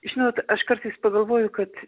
žinot aš kartais pagalvoju kad